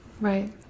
Right